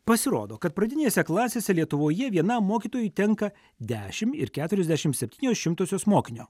pasirodo kad pradinėse klasėse lietuvoje vienam mokytojui tenka dešim ir keturiasdešim septynios šimtosios mokinio